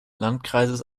landkreises